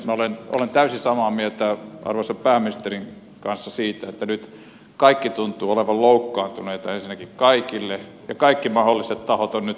minä olen täysin samaa mieltä arvoisan pääministerin kanssa siitä että nyt kaikki tuntuvat olevan loukkaantuneita kaikille ja kaikki mahdolliset tahot on nyt syyllistetty